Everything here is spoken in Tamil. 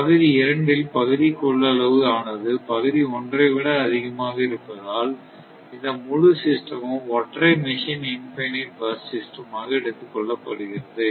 பகுதி இரண்டில் பகுதி கொள்ளளவு ஆனது பகுதி ஒன்றை விட அதிகமாக இருப்பதால் இந்த முழு சிஸ்டமும் ஒற்றை மெஷின் இன்பினிட் பஸ் சிஸ்டமாக எடுத்துக்கொள்ளப்படுகிறது